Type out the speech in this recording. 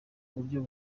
buryo